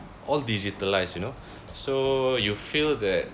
all digitalise you know so you feel that